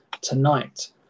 tonight